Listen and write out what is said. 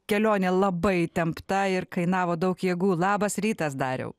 kelionė labai įtempta ir kainavo daug jėgų labas rytas dariau